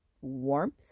warmth